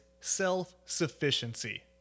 self-sufficiency